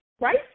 Right